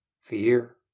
fear